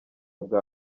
bwa